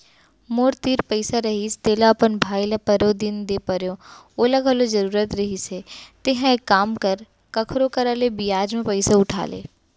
मोर तीर पइसा रहिस तेला अपन भाई ल परोदिन दे परेव ओला घलौ जरूरत रहिस हे तेंहा एक काम कर कखरो करा ले बियाज म पइसा उठा ले